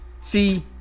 See